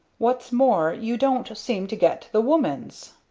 what's more you don't seem to get the woman's.